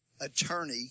attorney